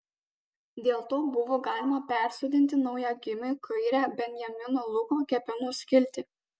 dėl to buvo galima persodinti naujagimiui kairę benjamino luko kepenų skiltį